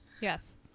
yes